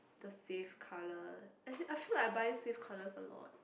the safe colour as in I feel like I buy safe colours a lot